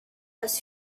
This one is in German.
aus